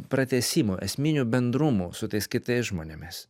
pratęsimų esminių bendrumų su tais kitais žmonėmis